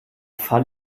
fall